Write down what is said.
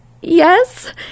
yes